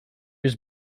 was